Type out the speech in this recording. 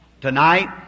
tonight